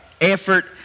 effort